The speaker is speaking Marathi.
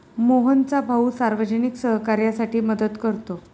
मोहनचा भाऊ सार्वजनिक सहकार्यासाठी मदत करतो